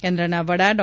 કેન્દ્રના વડા ડો